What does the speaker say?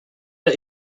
for